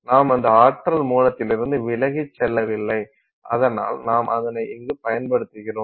நாம் அந்த ஆற்றல் மூலத்திலிருந்து விலகிச் செல்லவில்லை அதனால் நாம் அதனை இங்கு பயன்படுத்துகிறோம்